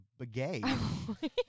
Begay